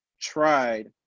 tried